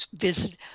visit